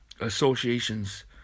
associations